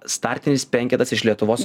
startinis penketas iš lietuvos